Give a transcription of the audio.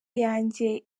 yanjye